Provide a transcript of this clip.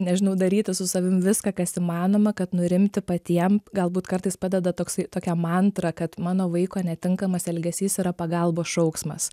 nežinau daryti su savim viską kas įmanoma kad nurimti patiem galbūt kartais padeda toksai tokia mantra kad mano vaiko netinkamas elgesys yra pagalbos šauksmas